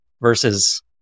versus